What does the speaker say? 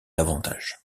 davantage